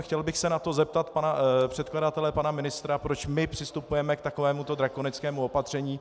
Chtěl bych se na to zeptat pana předkladatele, pana ministra, proč přistupujeme k takovému drakonickému opatření.